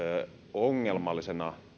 ongelmallisena